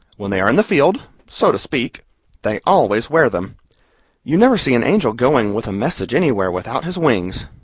when they are in the field so to speak they always wear them you never see an angel going with a message anywhere without his wings,